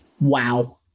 Wow